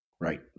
Right